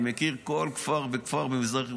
אני מכיר כל כפר וכפר במזרח ירושלים.